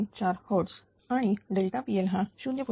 024 Hz आणि pL हा 0